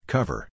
Cover